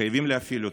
חייבים להפעיל אותו,